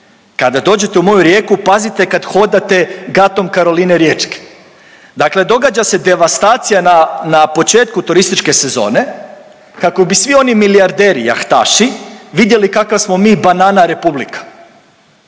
kada dođete u moju Rijeku kada hodate Gatom Karoline riječke. Dakle, događa se devastacija na početku turističke sezone kako bi svi oni milijarderi jahtaši vidjeli kakva smo mi banana Republika.